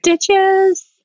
stitches